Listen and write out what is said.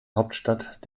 hauptstadt